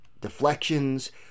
deflections